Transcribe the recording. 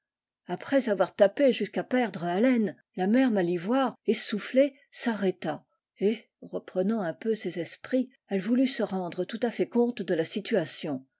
après avoir tapé jusqu'à perdre haleine la mère mahvoire essoufflée s'arrêta et reprenant un peu ses esprits elle voulut se rendre tout à fait compte de la situation